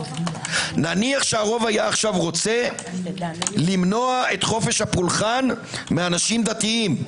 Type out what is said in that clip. נניח שהרוב היה עכשיו רוצה למנוע את חופש הפולחן מאנשים דתיים.